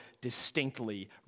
distinctly